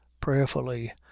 prayerfully